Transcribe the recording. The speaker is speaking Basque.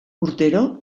urtero